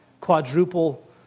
quadruple